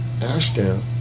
Ashdown